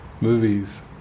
movies